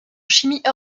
chimie